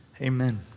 Amen